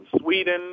Sweden